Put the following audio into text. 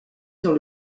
dans